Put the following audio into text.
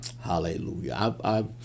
Hallelujah